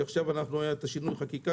שעכשיו היה בו שינוי חקיקה,